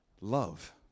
love